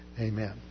Amen